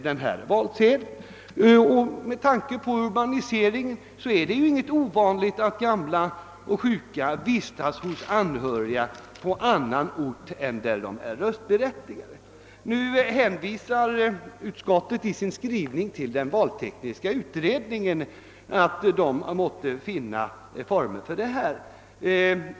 På grund av den pågående urbaniseringen är det inte ovanligt att gamla och sjuka människor vistas hos anhöriga på annan ort än den där de är röstberättigade. Utskottet hänvisar till 1965 års valtekniska utredning och skriver att utredningen måste finna former för detta.